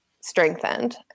strengthened